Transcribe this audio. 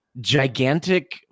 gigantic